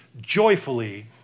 joyfully